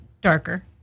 darker